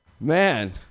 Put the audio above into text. Man